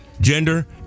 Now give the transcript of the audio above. gender